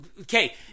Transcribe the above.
Okay